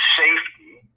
safety